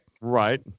Right